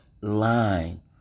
line